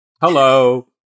Hello